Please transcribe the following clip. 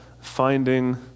finding